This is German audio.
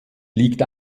liegt